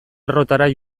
errotara